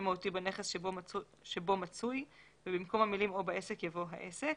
מהותי בנכס שבו מצוי" ובמקום המלים "או בעסק" יבוא "העסק".